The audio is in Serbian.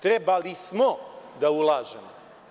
Trebali smo da ulažemo.